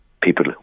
people